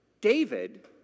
David